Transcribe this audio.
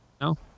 No